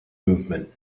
movement